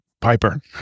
Piper